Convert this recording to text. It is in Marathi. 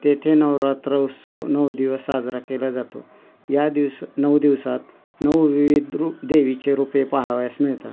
तेथे नवरात्र उत्सव नऊ दिवस साजरा केला जातो या दिवस नऊ दिवसात नऊ विविध रू देवीचे रुपे पहावयास मिळतात